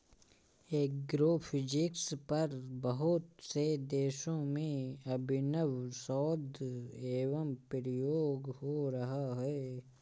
agrophysics पर बहुत से देशों में अभिनव शोध एवं प्रयोग हो रहा है